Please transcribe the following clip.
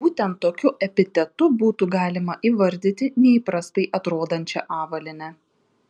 būtent tokiu epitetu būtų galima įvardyti neįprastai atrodančią avalynę